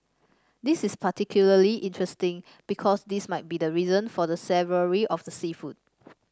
this is particularly interesting because this might be the reason for the savoury of the seafood